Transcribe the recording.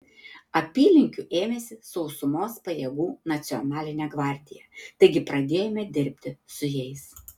apylinkių ėmėsi sausumos pajėgų nacionalinė gvardija taigi pradėjome dirbti su jais